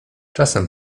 czasem